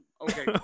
Okay